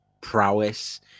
prowess